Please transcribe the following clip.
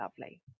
lovely